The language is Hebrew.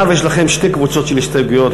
מאחר שיש לכם שתי קבוצות של הסתייגויות,